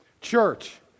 Church